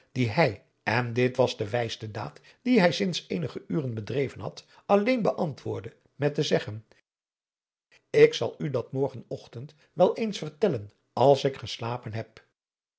die hij en dit was de wijste daad die hij sinds eenige uren bedreven had alleen beantwoordde met te zeggen ik zal u dat morgen achtend wel eens vertellen als ik geslapen heb